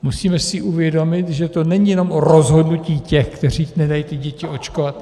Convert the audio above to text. Musíme si uvědomit, že to není jenom o rozhodnutí těch, kteří nedají ty děti očkovat.